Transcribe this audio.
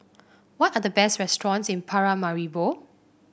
what are the best restaurants in Paramaribo